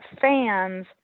fans